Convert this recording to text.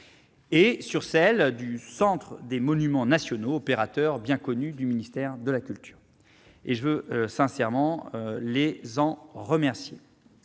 que sur celle du Centre des monuments nationaux, opérateur bien connu du ministère de la culture. Je veux sincèrement les en remercier.